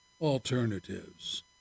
alternatives